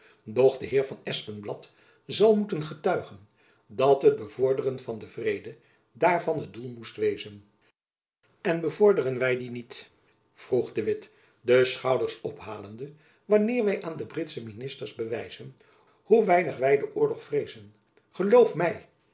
de heer van espenblad zal moeten getuigen dat het bevorderen van den vrede daarvan het doel moest wezen en bevorderen wy dien niet vroeg de witt de schouders ophalende wanneer wy aan de britsche ministers bewijzen hoe weinig wy den oorlog vreezen geloof my